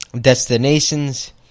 destinations